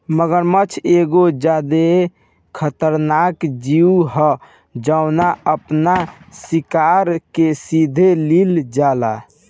मगरमच्छ एगो ज्यादे खतरनाक जिऊ ह जवन आपना शिकार के सीधे लिल जाला